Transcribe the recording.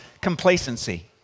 complacency